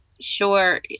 sure